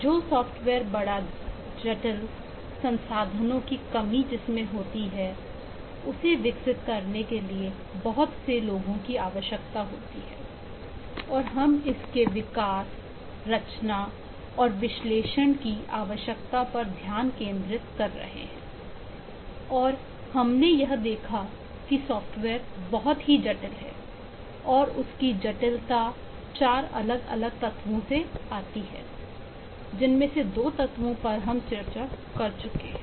जो सॉफ्टवेयर बड़ा जटिल संसाधनों की जिसमें कमी होती है उसे विकसित करने के लिए बहुत से लोगों की आवश्यकता होती है और हम इसके विकास रचना और विश्लेषण की आवश्यकता पर ध्यान केंद्रित कर रहे हैं और हमने यह देखा कि सॉफ्टवेयर बहुत ही जटिल है और उसकी जटिलता चार अलग अलग तत्वों से आती है जिनमें से 2 तत्व कि हम चर्चा कर चुके हैं